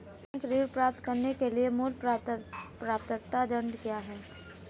Bank ऋण प्राप्त करने के लिए मूल पात्रता मानदंड क्या हैं?